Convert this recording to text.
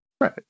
Right